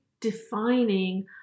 defining